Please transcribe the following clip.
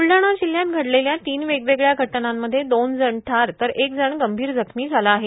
ब्लडाणा जिल्ह्यात घडलेल्या तीन वेगवेगळ्या घटनांमध्ये दोन जण ठार तर एक जण गंभीर जखमी झाला आहे